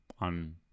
on